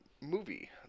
movie